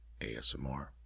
ASMR